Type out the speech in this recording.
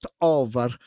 over